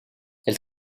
elle